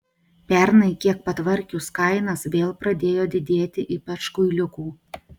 pernai kiek patvarkius kainas vėl pradėjo didėti ypač kuiliukų